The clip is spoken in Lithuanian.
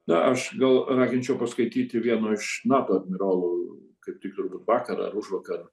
na aš gal raginčiau paskaityti vieno iš nato admirolų kaip tik turbūt vakar ar užvakar